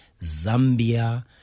zambia